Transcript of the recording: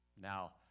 Now